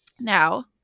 Now